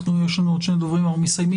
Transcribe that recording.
יש לנו עוד שני דוברים ואנחנו מסיימים.